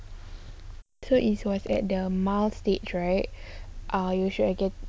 so it was at the mild stage right you should